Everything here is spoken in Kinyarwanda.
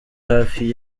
hafi